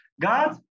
god